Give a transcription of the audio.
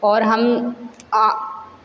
और हम आ